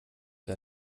wir